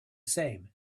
same